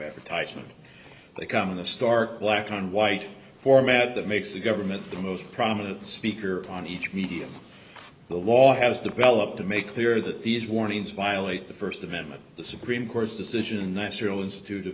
advertisement they come in a stark black and white format that makes the government the most prominent speaker upon each media the law has developed to make clear that these warnings violate the st amendment the supreme court's decision that serial institute